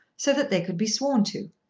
so that they could be sworn to.